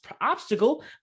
obstacle